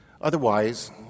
Otherwise